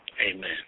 Amen